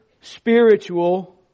spiritual